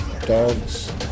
dogs